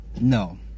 No